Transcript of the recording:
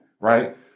right